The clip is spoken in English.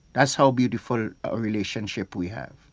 that's how beautiful a relationship we have.